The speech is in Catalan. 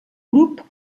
grup